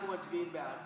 אנחנו מצביעים בעד.